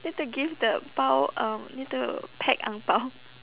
need to give the bao um need to pack ang bao